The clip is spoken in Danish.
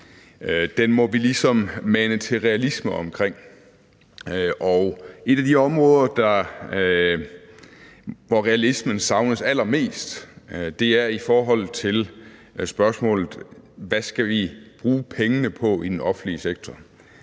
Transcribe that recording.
må vi ligesom mane til realisme omkring. Et af de områder, hvor realismen savnes allermest, er i forhold til spørgsmålet om, hvad vi skal bruge pengene på i den offentlige sektor.